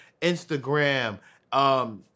Instagram